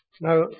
Now